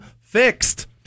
fixed